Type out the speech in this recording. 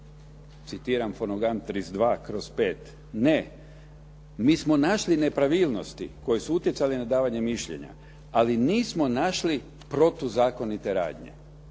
citiram fonogram 32/5: "Ne. Mi smo našli nepravilnosti koje su utjecale na davanje mišljenja ali nismo našli protuzakonite radnje.